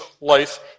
life